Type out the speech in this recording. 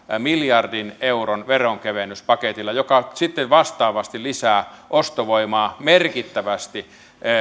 miljardin euron veronkevennyspaketilla joka sitten vastaavasti lisää ostovoimaa merkittävästi